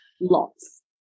Lots